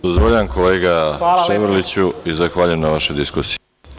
Dozvoljavam kolega Ševarliću i zahvaljujem na vašoj diskusiji.